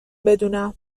بدونم